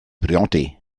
briodi